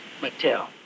Mattel